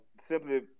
simply –